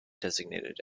designated